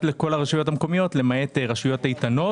לכל הרשויות המקומיות למעט רשויות איתנות.